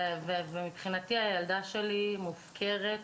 ומבחינתי הילדה שלי מופקרת.